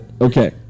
Okay